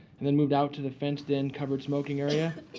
and then moved out to the fenced-in, covered smoking area.